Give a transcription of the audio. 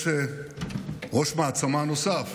יש ראש מעצמה נוסף